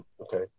Okay